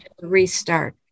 restart